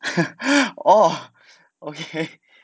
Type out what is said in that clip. oh okay